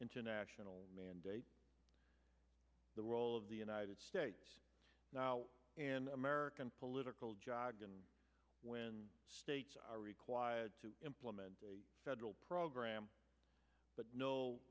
international mandate the role of the united states and american political jogen when states are required to implement a federal program but no